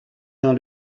dans